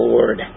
Lord